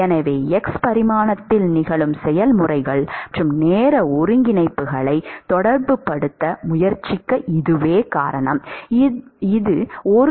எனவே x பரிமாணத்தில் நிகழும் செயல்முறைகள் மற்றும் நேர ஒருங்கிணைப்புகளை தொடர்புபடுத்த முயற்சிக்க இதுவே காரணம்